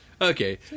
Okay